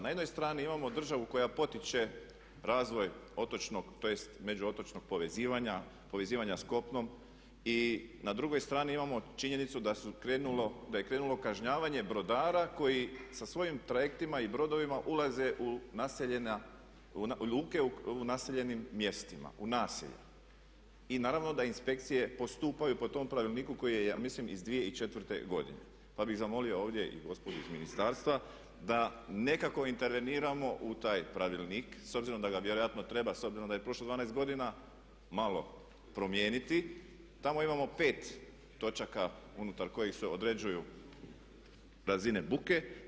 Na jednoj strani imamo državu koja potiče razvoj otočnog, tj. međuotočnog povezivanja, povezivanja sa kopnom i na drugoj strani imamo činjenicu da je krenulo kažnjavanje brodara koji sa svojim trajektima i brodovima ulaze u luke u naseljenim mjestima, u naselja i naravno da inspekcije postupaju po tom pravilniku koji je ja mislim iz 2004. godine pa bih zamolio ovdje i gospodu iz ministarstva da nekakvo interveniramo u taj pravilnik s obzirom da ga vjerojatno treba, s obzirom da je prošlo 12 godina malo promijeniti, tamo imamo 5 točaka unutar kojih se određuju razine buke.